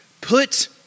Put